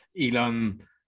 Elon